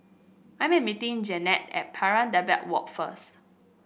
I am meeting Jeannette at Pari Dedap Walk first